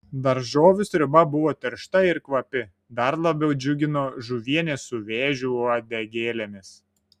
daržovių sriuba buvo tiršta ir kvapi dar labiau džiugino žuvienė su vėžių uodegėlėmis